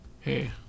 Hey